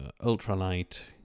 ultralight